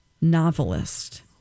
novelist